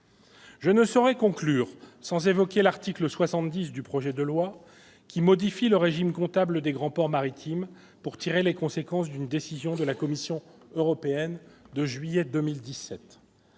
Je ne saurais conclure sans évoquer l'article 70 du projet de loi, qui modifie le régime comptable des grands ports maritimes pour tirer les conséquences d'une décision de la Commission européenne de juillet 2017.